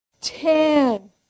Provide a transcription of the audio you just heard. ten